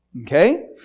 Okay